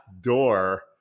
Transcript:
door